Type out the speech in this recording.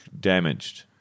damaged